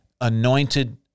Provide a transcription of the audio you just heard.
anointed